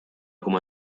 como